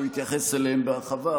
הוא יתייחס אליהם בהרחבה.